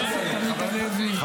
ראית מה הלך שם?